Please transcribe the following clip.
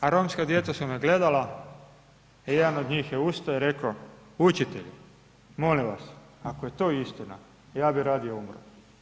A romska djeca su me gledala, jedan od njih je ustao i rekao, učitelju, molim vas, ako je to istina, ja bih radije umro.